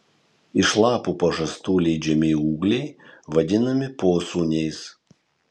iš lapų pažastų leidžiami ūgliai vadinami posūniais